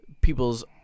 people's